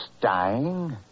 dying